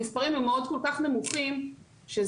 המספרים הם כל כך נמוכים שזה,